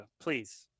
please